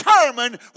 determine